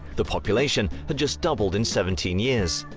the population had just doubled in seventeen years.